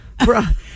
Bruh